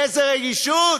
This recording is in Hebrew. איזו רגישות?